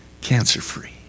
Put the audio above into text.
cancer-free